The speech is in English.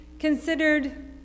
considered